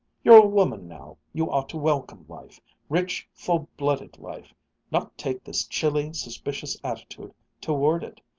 you're a woman now, you ought to welcome life rich, full-blooded life not take this chilly, suspicious attitude toward it!